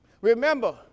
remember